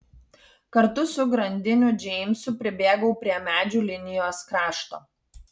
kartu su grandiniu džeimsu pribėgau prie medžių linijos krašto